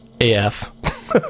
AF